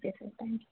okay sir thank you